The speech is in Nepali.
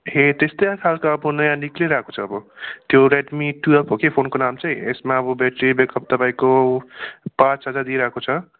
ए त्यस्तै खालको अब नयाँ निक्लिरहेको छ अब त्यो रेडमी टुवेल्भ हो कि फोनको नाम चाहिँ यसमा अब ब्याट्री ब्याकअप तपाईँको पाँच हजार दिइरहेको छ